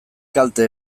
kalte